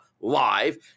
Live